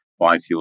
biofuels